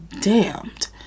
damned